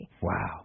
Wow